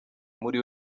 muri